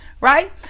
right